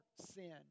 sin